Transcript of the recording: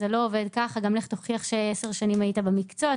זה לא עובד ככה, גם תוכיח שעשר שנים היית במקצוע.